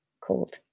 called